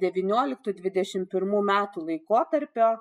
devynioliktų dvidešim pirmų metų laikotarpio